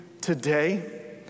today